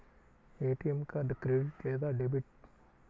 ATM card credit లేదా debit?